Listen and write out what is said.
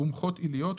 גומחות עיליות,